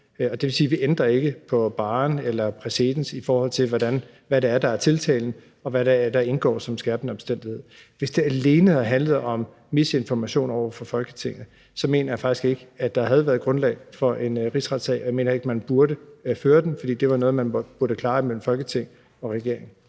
det vil sige, at vi ikke ændrer på, hvor vi sætter barren, eller ændrer præcedens, i forhold til hvad det er, der er tiltalen, og hvad der indgår som skærpende omstændighed. Hvis det alene havde handlet om misinformation over for Folketinget, mener jeg faktisk ikke, at der havde været grundlag for en rigsretssag, og jeg mener heller ikke, at man burde føre den, for det var noget, man burde klare imellem Folketing og regering.